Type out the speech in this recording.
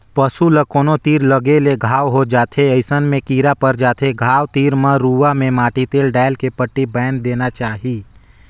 पसू ल कोनो तीर लगे ले घांव हो जाथे अइसन में कीरा पर जाथे घाव तीर म त रुआ में माटी तेल डायल के पट्टी बायन्ध देना चाही